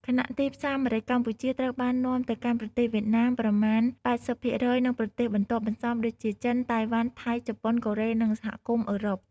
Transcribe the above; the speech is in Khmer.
ខណៈទីផ្សារម្រេចកម្ពុជាត្រូវបាននាំទៅកាន់ប្រទេសវៀតណាមប្រមាណ ៨០ ភាគរយ និងប្រទេសបន្ទាប់បន្សំដូចជា ចិន តៃវ៉ាន់ ថៃ ជប៉ុន កូរ៉េ និងសហគមន៍អឺរ៉ុប។